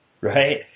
right